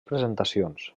presentacions